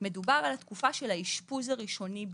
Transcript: מדובר על התקופה של האשפוז הראשוני בלבד.